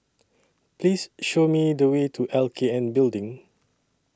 Please Show Me The Way to L K N Building